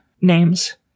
names